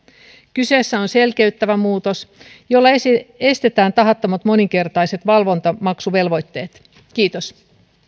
kyseessä on selkeyttävä muutos jolla estetään tahattomat moninkertaiset valvontamaksuvelvoitteet kiitos